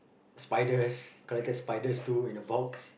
spiders collected spiders too in a box